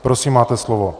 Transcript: Prosím, máte slovo.